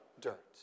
dirt